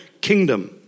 kingdom